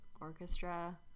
orchestra